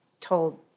told